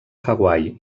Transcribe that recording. hawaii